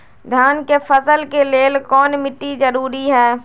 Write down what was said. धान के फसल के लेल कौन मिट्टी जरूरी है?